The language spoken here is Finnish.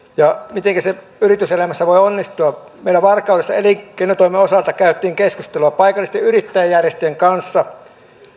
mitenkä se yrityselämässä voi onnistua meillä varkaudessa elinkeinotoimen osalta käytiin keskustelua paikallisten yrittäjäjärjestöjen kanssa